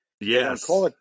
Yes